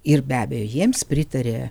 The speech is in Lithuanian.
ir be abejo jiems pritarė